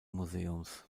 museums